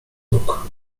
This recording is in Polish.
nóg